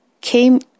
came